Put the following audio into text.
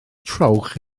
trowch